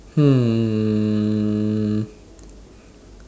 hmm